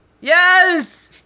Yes